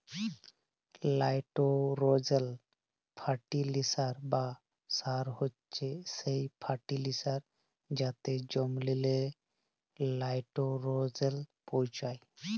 লাইটোরোজেল ফার্টিলিসার বা সার হছে সেই ফার্টিলিসার যাতে জমিললে লাইটোরোজেল পৌঁছায়